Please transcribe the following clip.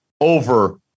over